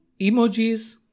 emojis